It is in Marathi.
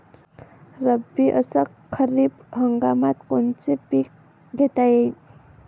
रब्बी अस खरीप हंगामात कोनचे पिकं घेता येईन?